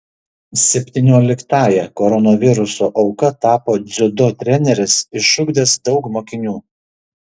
septynioliktąja koronaviruso auka tapo dziudo treneris išugdęs daug mokinių